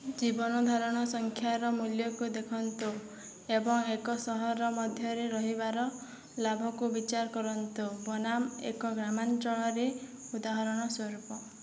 ଜୀବନ ଧାରଣ ସଂଖ୍ୟାର ମୂଲ୍ୟକୁ ଦେଖନ୍ତୁ ଏବଂ ଏକ ସହର ମଧ୍ୟରେ ରହିବାର ଲାଭକୁ ବିଚାର କରନ୍ତୁ ବନାମ ଏକ ଗ୍ରାମାଞ୍ଚଳରେ ଉଦାହରଣ ସ୍ୱରୂପ